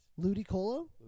Ludicolo